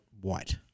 white